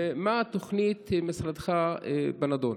2. מהי תוכנית משרדך בנדון?